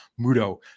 mudo